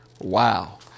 Wow